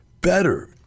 Better